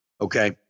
okay